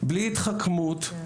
בלי התחכמות,